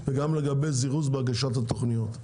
וגם לגבי זירוז בהגשת התוכניות.